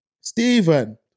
Stephen